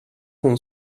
hon